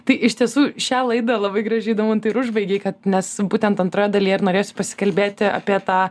tai iš tiesų šią laidą labai gražiai daumantai ir užbaigei kad nes būtent antroje dalyje ir norės pasikalbėti apie tą